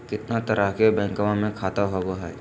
कितना तरह के बैंकवा में खाता होव हई?